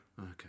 Okay